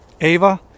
Ava